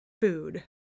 food